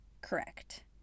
Correct